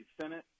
Senate